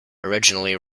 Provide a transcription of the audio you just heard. originally